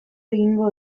egingo